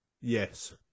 yes